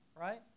right